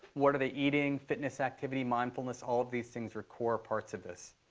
what are they eating? fitness, activity, mindfulness, all of these things are core parts of this.